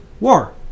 War